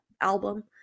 album